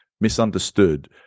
misunderstood